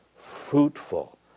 Fruitful